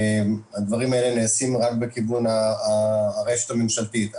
הדברים האלה נעשים רק בכיוון הרשת הממשלתית.